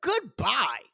Goodbye